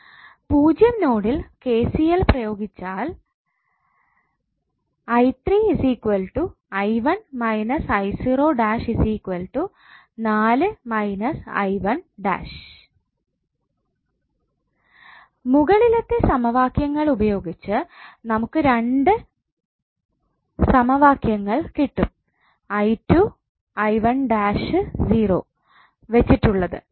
0 നോഡിൽ KCL പ്രയോഗിച്ചാൽ 4 മുകളിലത്തെ സമവാക്യങ്ങൾ ഉപയോഗിച്ച് നമുക്ക് രണ്ട് സമവാക്യങ്ങൾ കിട്ടും വെച്ചിട്ടുള്ളത്